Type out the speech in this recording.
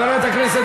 חברת הכנסת